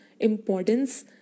importance